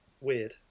weird